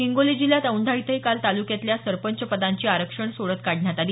हिंगोली जिल्ह्यात औैंढा इथंही काल तालुक्यातल्या सरपंच पदांची आरक्षण सोडत काढण्यात आली